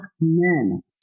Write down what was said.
men